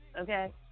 Okay